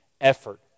effort